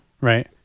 right